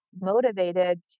motivated